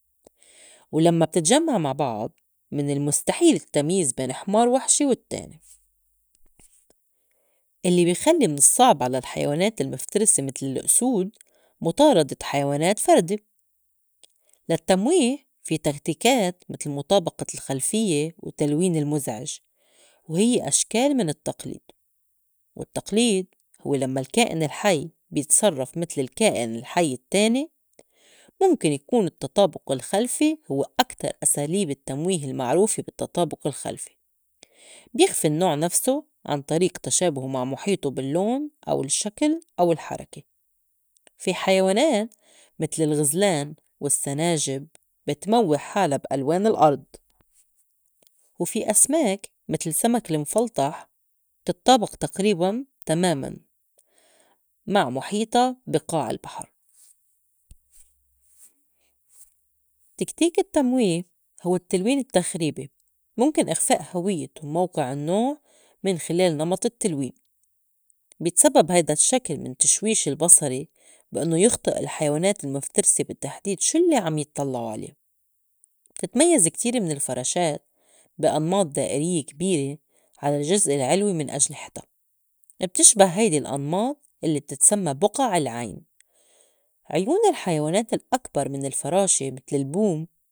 ولمّا بتتجمّع مع بعض من المُستحيل التميز بين حمار وحشي والتّاني الّي بي خلّي من الصّعب على الحيوانات المِفترسة متل الأسود مُطاردة حيوانات فردي. للتّمويه في تكتيكات متل مُطابقة الخلفيّة والتّلوين المُزعِج وهيّ أشكال من التّقليد والتّقليد هوّ لمّا الكائن الحي بيتصرّف متل الكائن الحي التّاني. مُمكن يكون التطابق الخلفي هوّ أكتر أساليب التّمويه المعروفة بالتّطابق الخلفي بيخفي النّوع نفسو عن طريق تشابهو مع محيطو بالّلون أو الشّكل أو الحركة. في حيوانات متل الغِزلان والسّناجب بتموّه حالا بألوان الأرض، وفي أسماك متل سمك المفلطح بتتطابق تقريباً تماماً مع مُحيطا بي قاع البحر. تكتيك التّمويه هوّ التلوين التخريبي مُمكن إخفاء هويّة وموقع النّوع من خِلال نمط التلوين بيتسبّب هيدا الشّكل من تشويش البصري بإنّو يُخطئ الحيوانات المفترسة بي تحديد شو الّي عم يطلّعو عليه. بتتميّز كتير من الفراشات بي أنماط دائريّة كبيرة على الجّزء العلوي من أجنحتا بتشبه هيدي الأنماط الّي بتتسمّى بُقع العين عيون الحيوانات الأكبر من الفراشة متل البوم.